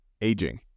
aging